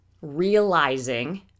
realizing